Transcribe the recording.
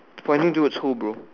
pointing towards who bro